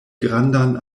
grandan